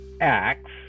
Acts